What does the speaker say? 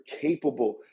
capable